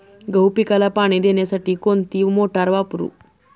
गहू पिकाला पाणी देण्यासाठी कोणती मोटार वापरू?